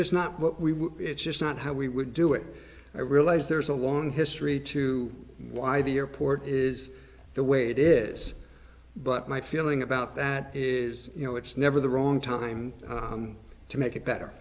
just not what we would it's just not how we would do it i realize there's a long history to why the airport is the way it is but my feeling about that is you know it's never the wrong time to make it better